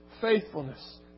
faithfulness